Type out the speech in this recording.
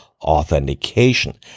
authentication